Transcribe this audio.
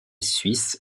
suisse